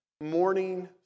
morning